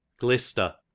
Glister